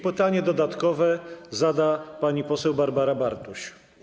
Pytanie dodatkowe zada pani poseł Barbara Bartuś.